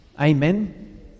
Amen